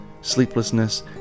sleeplessness